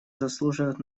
заслуживает